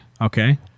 Okay